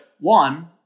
one